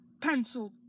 pencil